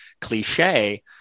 cliche